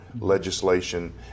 legislation